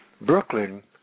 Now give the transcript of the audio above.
Brooklyn